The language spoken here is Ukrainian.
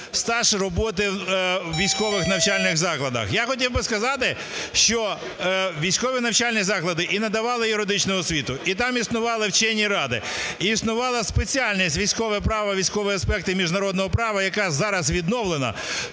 стаж роботи в військових навчальних закладах. Я хотів би сказати, що військові навчальні закладі і надавали юридичну освіту, і там існували вчені ради, і існувала спеціальність "Військове право. Військові аспекти міжнародного права", яка зараз відновлена.